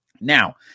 Now